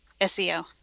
SEO